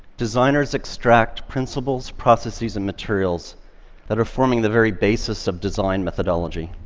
designers extract principles, processes and materials that are forming the very basis of design methodology.